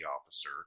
officer